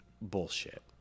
bullshit